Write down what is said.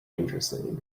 interesting